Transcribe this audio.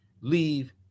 leave